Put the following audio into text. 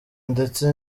ndetse